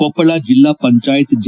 ಕೊಪ್ಪಳ ಜಿಲ್ವಾ ಪಂಚಾಯತ್ ಜಿ